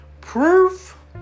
proof